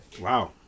Wow